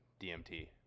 DMT